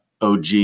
OG